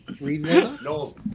No